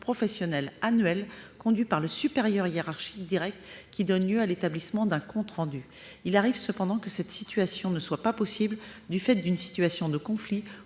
professionnel annuel conduit par le supérieur hiérarchique direct, qui donne lieu à l'établissement d'un compte rendu » Il arrive cependant que cet entretien ne soit pas possible, en raison d'une situation de conflit,